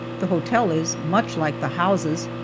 the hotel is much like the houses,